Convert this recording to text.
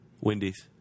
Wendy's